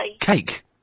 Cake